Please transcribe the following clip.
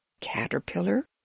caterpillar